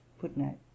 Footnote